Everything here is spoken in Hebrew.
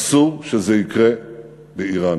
אסור שזה יקרה לאיראן.